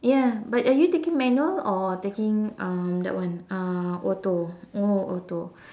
ya but are you taking manual or taking um that one uh auto oh auto